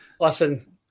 Listen